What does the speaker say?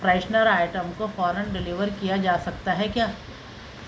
freshener item کو فوراً deliver کیا جا سکتا ہے کیا